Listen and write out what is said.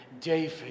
David